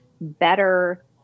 better